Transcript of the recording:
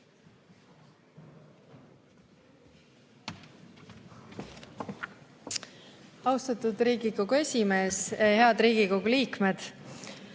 Austatud Riigikogu esimees! Head Riigikogu liikmed!